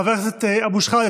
חבר הכנסת אבו שחאדה,